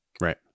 Right